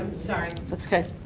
sorry. that's ok.